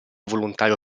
volontario